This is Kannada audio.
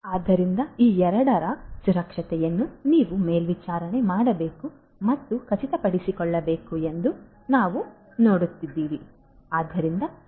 ಆದ್ದರಿಂದ ಈ ಎರಡರ ಸುರಕ್ಷತೆಯನ್ನು ನೀವು ಮೇಲ್ವಿಚಾರಣೆ ಮಾಡಬೇಕು ಮತ್ತು ಖಚಿತಪಡಿಸಿಕೊಳ್ಳಬೇಕು ಎಂದು ಎಂದು ನೀವು ನೋಡುತ್ತೀರಿ